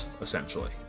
essentially